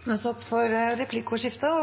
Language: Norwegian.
Det blir replikkordskifte.